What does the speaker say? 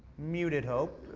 muted hope,